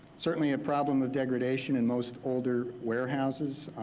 certainly a problem with degradation in most older warehouses